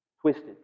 twisted